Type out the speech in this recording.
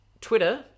Twitter